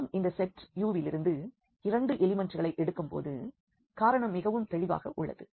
நாம் இந்த set U விலிருந்து 2 எலிமெண்ட்களை எடுக்கும் போது காரணம் மிகவும் தெளிவாக உள்ளது